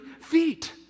feet